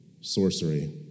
sorcery